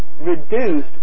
reduced